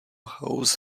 house